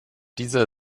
dieser